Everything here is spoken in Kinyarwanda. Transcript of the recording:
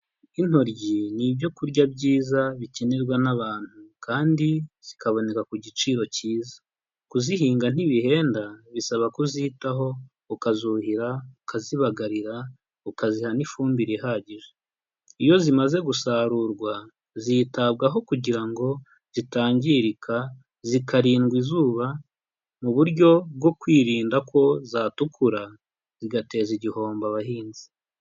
Intoryi ni ibyo kurya byiza bikenerwa n'abantu kandi zikaboneka ku giciro cyiza. Kuzihinga ntibihenda, bisaba kuzitaho, ukazuhira, ukazibagarira, ukaziha n'ifumbire ihagije. Iyo zimaze gusarurwa zitabwaho kugira ngo zitangirika, zikarindwa izuba mu buryo bwo kwirinda ko zatukura zigateza igihombo abahinzi.